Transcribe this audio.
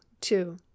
two